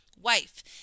wife